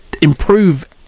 improve